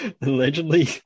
Allegedly